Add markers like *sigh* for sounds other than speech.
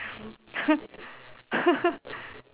*laughs*